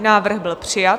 Návrh byl přijat.